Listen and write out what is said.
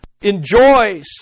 enjoys